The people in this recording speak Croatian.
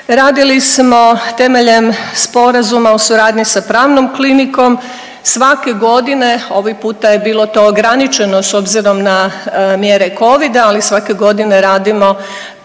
radili smo temeljem sporazuma o suradnji sa Pravnom klinikom. Svake godine, ovaj puta je bilo to ograničeno s obzirom na mjere Covida, ali sve godine radimo